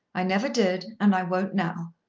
i never did, and i won't now.